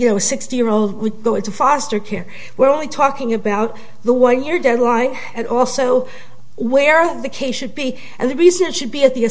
you know sixty year old would go into foster care we're only talking about the one year deadline and also where the case should be and the reason it should be at the